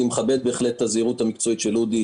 אני מכבד בהחלט את הזהירות המקצועית של אודי,